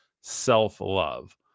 self-love